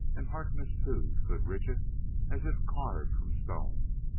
and harkness, too, stood rigid as if carved from stone,